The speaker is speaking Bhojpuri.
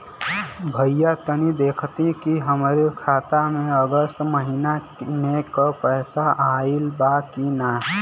भईया तनि देखती की हमरे खाता मे अगस्त महीना में क पैसा आईल बा की ना?